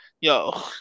yo